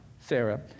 Sarah